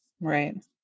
Right